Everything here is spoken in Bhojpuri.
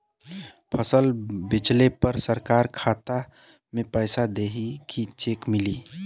फसल बेंचले पर सरकार खाता में पैसा देही की चेक मिली?